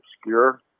obscure